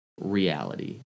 reality